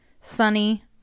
sunny